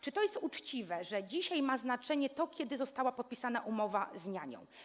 Czy to jest uczciwe, że dzisiaj ma znaczenie to, kiedy została podpisana umowa z nianią?